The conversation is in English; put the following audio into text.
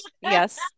Yes